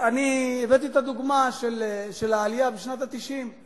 הבאתי את הדוגמה של העלייה בשנות ה-90.